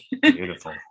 Beautiful